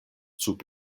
sub